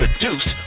produced